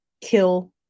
kill